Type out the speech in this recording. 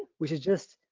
which is just,